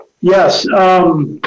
Yes